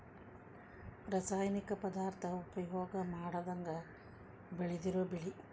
ರಾಸಾಯನಿಕ ಪದಾರ್ಥಾ ಉಪಯೋಗಾ ಮಾಡದಂಗ ಬೆಳದಿರು ಬೆಳಿ